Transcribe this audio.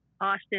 Austin